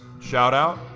shout-out